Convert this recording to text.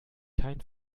kein